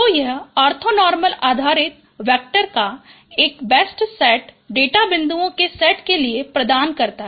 तो यह ऑर्थोनॉर्मल आधारित वेक्टर का एक बेस्ट सेट डेटा बिंदुओं के सेट के लिए प्रदान करता है